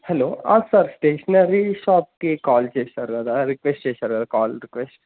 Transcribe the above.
hello sir stationery షాప్కి call చేశారు కదా రిక్వెస్ట్ చేశారు కదా కాల్ రిక్వెస్ట్